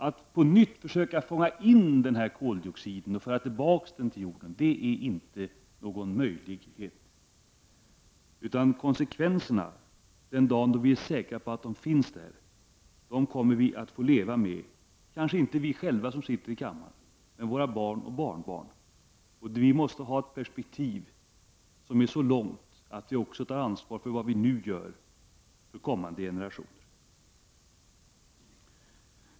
Att på nytt försöka fånga in koldioxiden och föra tillbaka den till jorden är inte möjligt. Den dagen vi ser konsekvenserna kommer vi att få leva med dem — kanske inte vi personligen som sitter här i kammaren, men våra barn och barnbarn. Vi måste ha ett perspektiv som är så långt att vi också tar ansvar för vad vi nu gör för kommande generationer.